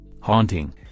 Haunting